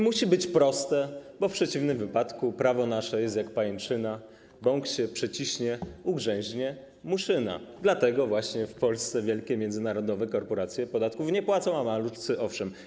Musi być proste, bo w przeciwnym wypadku prawo nasze jest jak pajęczyna, bąk się przeciśnie, ugrzęźnie muszyna, dlatego właśnie w Polsce wielkie międzynarodowe korporacje podatków nie płacą, a malutcy owszem.